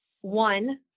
one